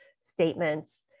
statements